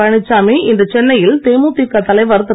பழனிச்சாமி இன்று சென்னையில் தேமுதிக தலைவர் திரு